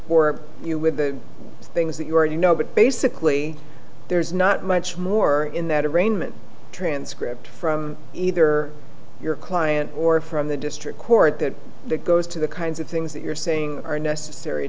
bore you with the things that you already know but basically there's not much more in that arraignment transcript from either your client or from the district court that goes to the kinds of things that you're saying are necessary